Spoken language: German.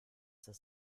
das